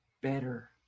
better